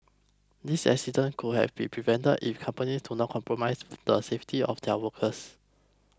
these accidents could have been prevented if companies do not compromise the safety of their workers